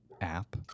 app